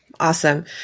Awesome